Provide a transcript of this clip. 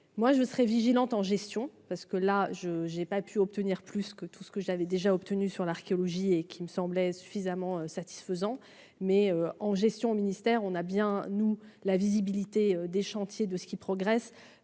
moi je serai vigilante en gestion, parce que là je j'ai pas pu obtenir plus que tout ce que j'avais déjà obtenu sur l'archéologie et qui me semblait suffisamment satisfaisant mais en gestion au ministère, on a bien nous la visibilité des chantiers de ceux qui progressent